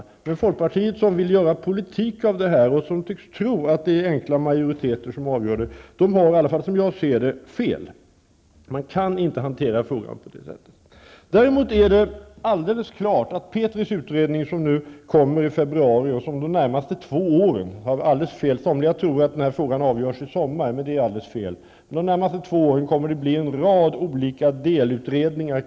Som jag ser saken har folkpartiet fel. Där vill man göra politik av det här. Man tycks tro att det är enkla majoriteter som är avgörande. Men på det sättet kan frågan inte hanteras. Däremot är det helt klart att Petris utredning, som skall presenteras i februari och som under de närmaste två åren -- somliga tror att frågan kommer att avgöras till sommaren, men det är ett helt felaktigt antagande -- kommer att resultera i en rad olika delutredningar.